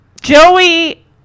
joey